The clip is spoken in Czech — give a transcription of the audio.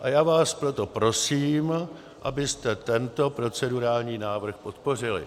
A já vás proto prosím, abyste tento procedurální návrh podpořili.